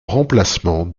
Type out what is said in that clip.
remplacement